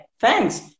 thanks